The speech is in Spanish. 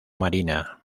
marina